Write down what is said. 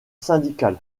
syndical